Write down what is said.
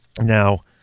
Now